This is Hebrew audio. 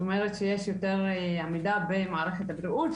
זאת אומרת שיש יותר עמידה במערכת הבריאות,